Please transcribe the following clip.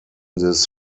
this